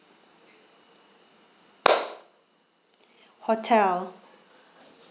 hotel